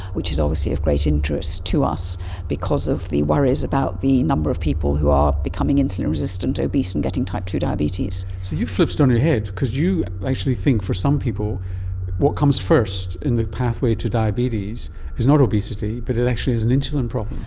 which is obviously of great interest to us because of the worries about the number of people who are becoming insulin resistant, obese, and getting type two diabetes. so you've flipped it on its head because you actually think for some people what comes first in the pathway to diabetes is not obesity but it actually is an insulin problem.